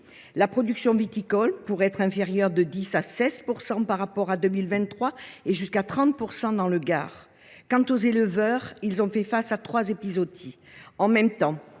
la production viticole pourrait être inférieure de 10 % à 16 % par rapport à l’année 2023, et même de 30 % dans le Gard. Quant aux éleveurs, ils font face à trois épizooties en même temps,